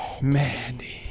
Mandy